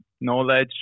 knowledge